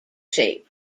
shaped